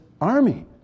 army